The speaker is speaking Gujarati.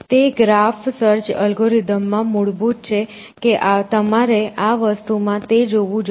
તે ગ્રાફ સર્ચ અલ્ગોરિધમ માં મૂળભૂત છે કે તમારે આ વસ્તુમાં તે જોવું જોઈએ